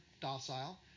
docile